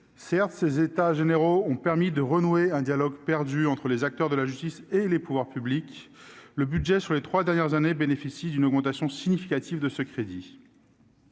Certes, ces États généraux ont permis de renouer un dialogue perdu entre les acteurs de la justice et les pouvoirs publics. Le budget, sur les trois dernières années, bénéficie d'une augmentation significative de ses crédits.